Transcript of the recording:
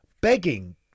begging